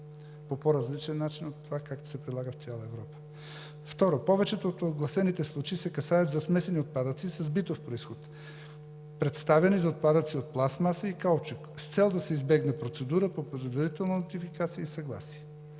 по по-различен начин от това, както се прилага в цяла Европа. Второ. В повечето от огласените случаи се касае за смесени отпадъци с битов произход, представени за отпадъци от пластмаса и каучук, с цел да се избегне процедура по предварителна нотификация и съгласие.